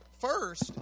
first